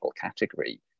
category